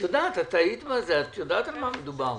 את יודעת במה מדובר.